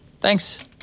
Thanks